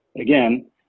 again